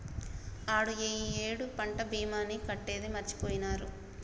ఆడు ఈ ఏడు పంట భీమాని కట్టేది మరిచిపోయినారా